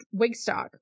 Wigstock